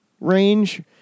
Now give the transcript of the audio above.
range